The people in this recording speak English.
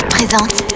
Présente